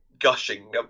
gushing